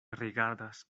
rigardas